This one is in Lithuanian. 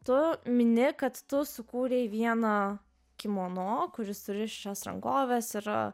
tu mini kad tu sukūrei vieną kimono kuris surišęs rankoves yra